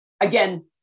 again